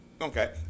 Okay